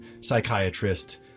psychiatrist